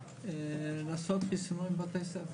לעשות חיסונים בבתי ספר